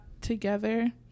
together